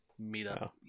meetup